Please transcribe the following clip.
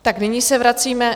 A nyní se vracíme...